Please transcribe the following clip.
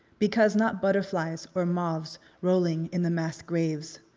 because not butterflies or moths rolling in the mass graves.